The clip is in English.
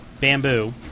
bamboo